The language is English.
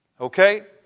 Okay